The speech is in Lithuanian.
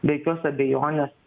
be jokios abejonės